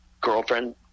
girlfriend